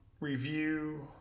review